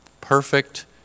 perfect